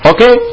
Okay